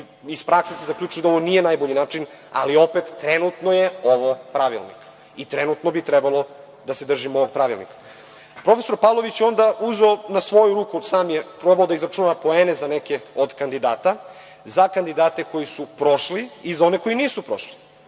iz prakse ste zaključili da ovo nije najbolji način, ali trenutno ovo je pravilnik i trenutno bi trebalo da se držimo ovog pravilnika. Profesor Pavlović je onda uzeo na svoju ruku, sam je probao da izračuna poene za neke od kandidata za kandidate koji su prošli i za one koji nisu prošli,